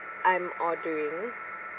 I'm ordering